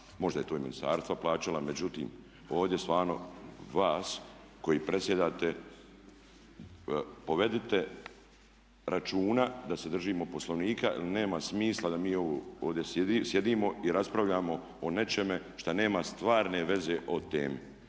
Možda je to i ministarstva plaćala. Međutim, ovdje stvarno vas koji predsjedate povedite računa da se držimo Poslovnika jer nema smisla da mi ovdje sjedimo i raspravljamo o nečeme šta nema stvarne veze o temi.